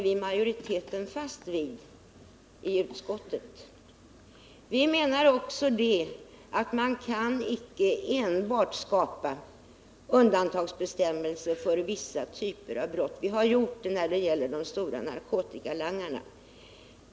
Vi menar också att man icke enbart kan skapa undantagsbestämmelser för vissa typer av brott. Vi har gjort det när det gäller de stora narkotikalangarna.